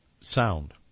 sound